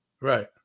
Right